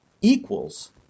equals